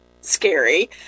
scary